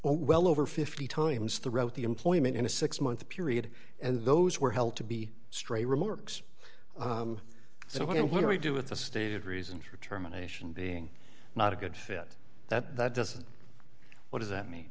well over fifty times throughout the employment in a six month period and those were held to be straight remarks so what i want to do with the stated reason for terminations being not a good fit that that doesn't what does that mean